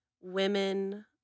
women